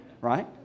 right